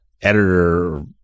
editor